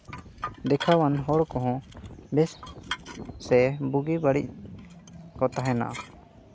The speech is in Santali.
ᱫᱮᱠᱷᱟᱣᱟᱱ ᱦᱚᱲ ᱠᱚᱦᱚᱸ ᱵᱮᱥ ᱥᱮ ᱵᱩᱜᱤ ᱵᱟᱹᱲᱤᱡ ᱠᱚᱢ ᱛᱟᱦᱮᱱᱟ